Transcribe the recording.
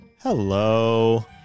Hello